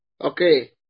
okay